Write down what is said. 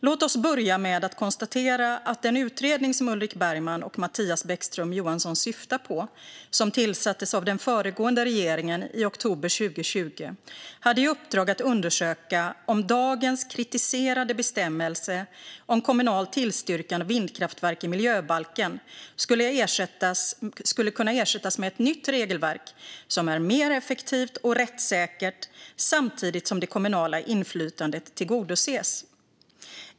Låt oss börja med att konstatera att den utredning som Ulrik Bergman och Mattias Bäckström Johansson syftar på, som tillsattes av den föregående regeringen i oktober 2020, hade i uppdrag att undersöka om dagens kritiserade bestämmelse om kommunal tillstyrkan av vindkraftverk i miljöbalken skulle kunna ersättas med ett nytt regelverk som är mer effektivt och rättssäkert samtidigt som det kommunala inflytandet tillgodoses.